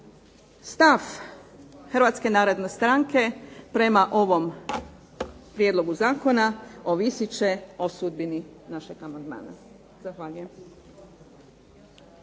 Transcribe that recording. Stav Hrvatske narodne stranke prema ovom prijedlogu zakona ovisit će o sudbini našeg amandmana. Zahvaljujem.